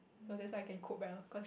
so that's why I can cook well cause